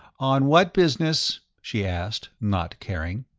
on what business? she asked, not caring.